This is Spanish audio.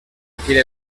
quiere